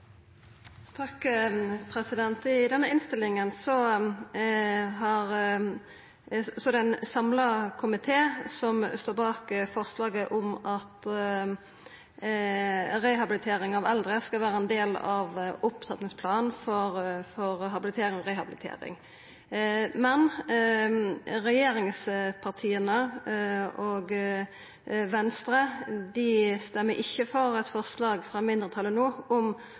I denne innstillinga er det ein samla komité som står bak forslaget om at rehabilitering av eldre skal vera ein del av opptrappingsplanen for habilitering og rehabilitering. Men regjeringspartia og Venstre stemmer ikkje for eit forslag frå mindretalet om